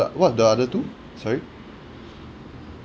what the other two sorry